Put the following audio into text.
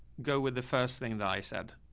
go with the first thing that i said.